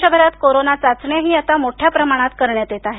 देसभरात corona चाचण्याही आता मोठ्या प्रमाणात करण्यात येत आहेत